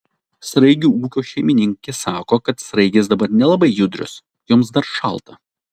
sraigių ūkio šeimininkė sako kad sraigės dabar nelabai judrios joms dar šalta